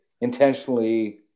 intentionally